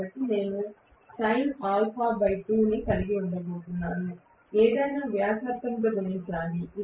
కాబట్టి నేను కలిగి ఉండబోతున్నాను ఏదైనా వ్యాసార్థం తో గుణించాలి